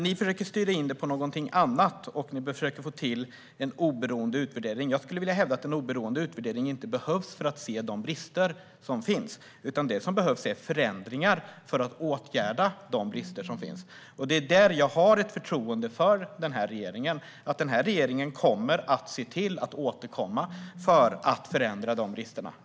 Ni försöker dock styra in det hela på någonting annat, och ni försöker att få till en oberoende utvärdering. Jag skulle vilja hävda att en oberoende utvärdering inte behövs för att se de brister som finns, utan det som behövs är förändringar för att åtgärda de brister som finns. Jag har förtroende för att denna regering kommer att se till att återkomma för att åtgärda dessa brister.